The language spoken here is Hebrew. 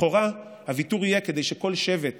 לכאורה הוויתור יהיה כדי שכל שבט